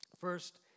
First